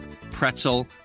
pretzel